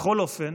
בכל אופן,